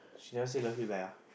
she just say love you back